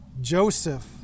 Joseph